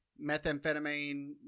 methamphetamine